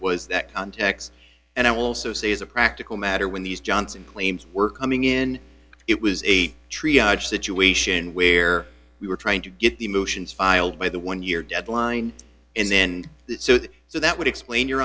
was that context and i will also say as a practical matter when these johnson claims were coming in it was a true situation where we were trying to get the motions filed by the one year deadline and then so that would explain your